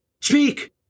speak